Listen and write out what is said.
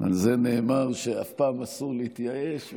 על זה נאמר שאף פעם אסור להתייאש.